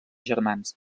germans